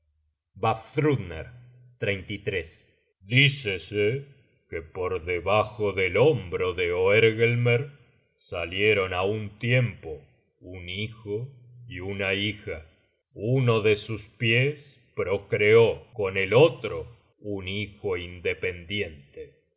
mujer vafthrudner dícese que por debajo del hombro de oergelmer salieron á un tiempo un hijo y una hija uno de sus pies procreó con el otro un hijo independiente